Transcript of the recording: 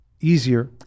Easier